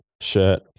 shirt